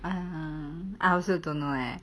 um I also don't know leh